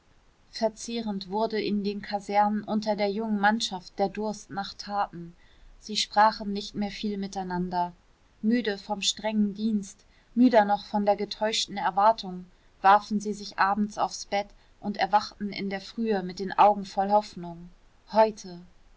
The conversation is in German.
verzehrend wurde in den kasernen unter der jungen mannschaft der durst nach taten sie sprachen nicht mehr viel miteinander müde vom strengen dienst müder noch von der getäuschten erwartung warfen sie sich abends aufs bett und erwachten in der frühe mit augen voll hoffnung heute